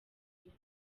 nkuru